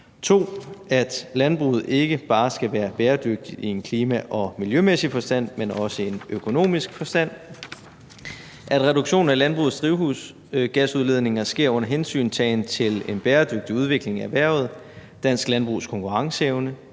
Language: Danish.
at landbruget ikke bare skal være bæredygtigt i klima- og miljømæssig forstand, men også i økonomisk forstand; at reduktion af landbrugets drivhusgasudledninger sker under hensyntagen til en bæredygtig udvikling i erhvervet, dansk landbrugs konkurrenceevne,